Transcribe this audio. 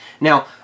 Now